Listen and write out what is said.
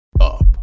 up